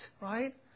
right